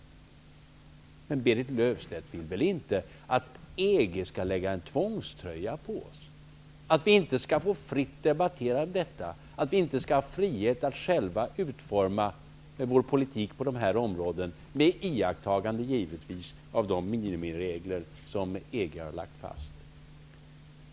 Men Berit Löfstedt vill väl inte att EG skall bli en tvångströja på oss, så att vi inte fritt skall få debattera detta och att vi inte skall ha frihet att själva utforma vår politik på dessa områden, givetvis med iakttagande av de minimiregler som EG har lagt fast.